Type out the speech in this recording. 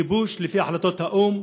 כיבוש לפי החלטות האו"ם,